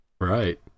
right